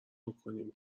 بکنیم